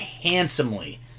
handsomely